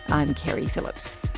i'm keri phillips